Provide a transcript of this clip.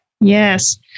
yes